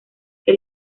que